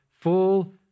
full